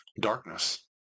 darkness